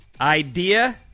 idea